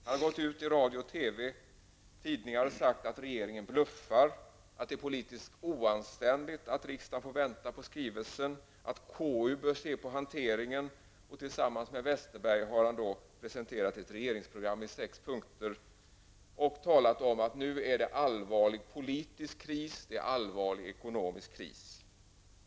Han har gått ut i radio, TV och tidningar och sagt att regeringen bluffar, att det är politiskt oanständigt att riksdagen får vänta på skrivelsen, att KU bör se på hanteringen, och tillsammans med Bengt Westerberg har han presenterat ett regeringsprogram omfattande sex punkter. Där talas det om att det är en allvarlig ekonomisk och politisk kris.